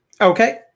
Okay